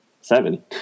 seven